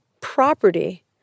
property